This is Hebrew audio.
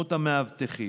ובמספר המאבטחים.